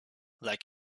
like